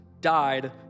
died